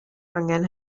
angen